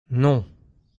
non